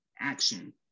action